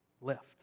left